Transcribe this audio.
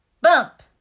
Bump